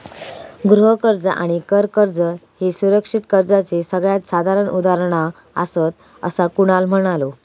गृह कर्ज आणि कर कर्ज ह्ये सुरक्षित कर्जाचे सगळ्यात साधारण उदाहरणा आसात, असा कुणाल म्हणालो